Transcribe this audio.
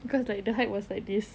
because like the height was like this